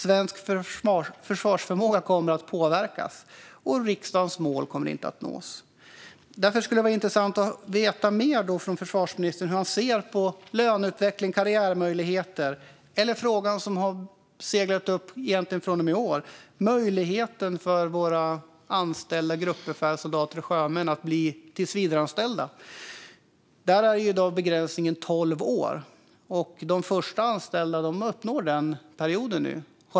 Svensk försvarsförmåga kommer att påverkas, och riksdagens mål kommer inte att nås. Det skulle vara intressant att få höra mer från försvarsministern om hur han ser på löneutveckling, karriärmöjligheter och frågan som har seglat upp från och med i år, nämligen möjligheten för våra anställda gruppbefäl, soldater och sjömän att bli tillsvidareanställda. I dag är begränsningen tolv år, och de som anställdes först är uppe i det nu.